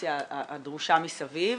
הרגולציה הדרושה מסביב.